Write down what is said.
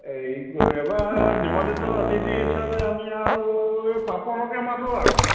এই এবাৰ নিমন্ত্ৰিত অতিথি হিচাপে আমি আৰু পাপনকে মাতোঁ আৰু